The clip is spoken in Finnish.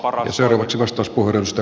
arvoisa puhemies